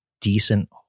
decent